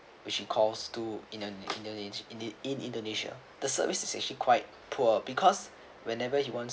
which he calls to indo~ indo~ in~ indonesia the service is actually quite poor because whenever he wants